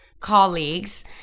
colleagues